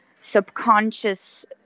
subconscious